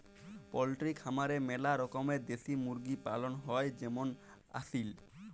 poultry খামারে ম্যালা রকমের দেশি মুরগি পালন হ্যয় যেমল আসিল